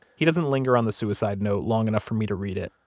he doesn't linger on the suicide note long enough for me to read it.